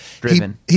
Driven